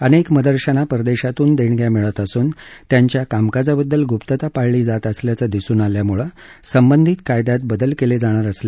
अनेक मदरशांना परदेशातून देणग्या मिळत असून त्यांच्या कामकाजाबद्दल गुप्तता पाळली जात असल्याचं दिसून आल्यामुळे संबंधित कायद्यात बदल केले जाणार असल्याचं ते म्हणाले